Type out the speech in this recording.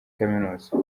kaminuza